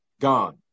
gone